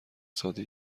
ساده